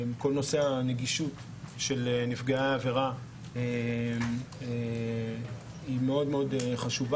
כל נושא הנגישות של נפגעי העבירה הוא מאוד מאוד חשוב.